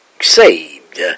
saved